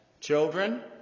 Children